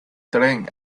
tren